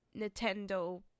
Nintendo